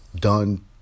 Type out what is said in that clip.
done